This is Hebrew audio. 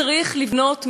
צריך לבנות מקווה.